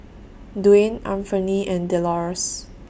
Dwain Anfernee and Delores